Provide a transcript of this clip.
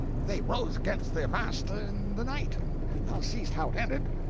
they rose against their master in the night, and thou seest how it ended.